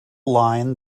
line